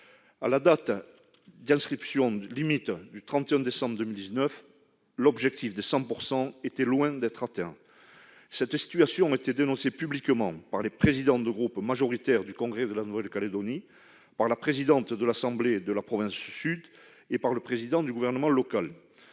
limite d'inscription du 31 décembre 2019, l'objectif des 100 % était loin d'être atteint. Cette situation était dénoncée publiquement par les présidents de groupe majoritaire du Congrès de la Nouvelle-Calédonie, par la présidente de l'Assemblée de la province Sud et par le président du gouvernement local.